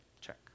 Check